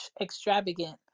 extravagant